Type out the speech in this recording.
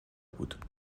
بود